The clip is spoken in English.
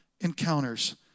encounters